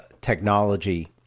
technology